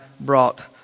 brought